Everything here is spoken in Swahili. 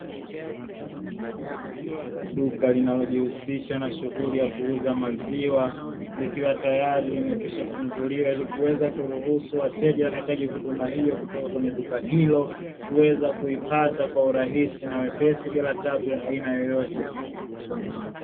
Duka linalojihusisha na shughuli ya kuuza maziwa, likiwa tayari limekwishafunguliwa ili kuweza kuruhusu wateja wanaohitaji huduma hiyo kutoka kwenye duka hilo, kuweza kuipata kwa urahisi na wepesi bila tabu ya aina yoyote.